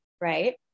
right